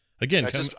Again